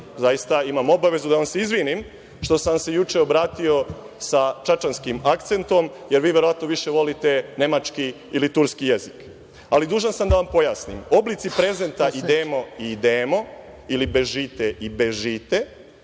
zaista imam obavezu da vam se izvinim što sam vam se juče obratio sa čačanskim akcentom, jer vi verovatno više volite nemački ili turski jezik. Ali, dužan sam da vam pojasnim, oblasti prezenta idemo i idemo ili bežite i bežite